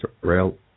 rail